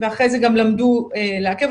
ואחרי זה למדו גם לעקב.